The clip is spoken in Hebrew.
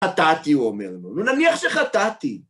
חטאתי, הוא אומר לו. נו, נניח שחטאתי...